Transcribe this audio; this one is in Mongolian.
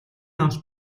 авалт